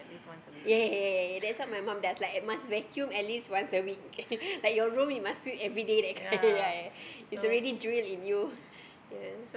yea yea yea yea yea that's what my mom does must vacuum at least once a week like your room must sweep everyday that kind right it's already drilled in you yeah